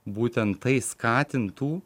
būtent tai skatintų